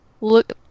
look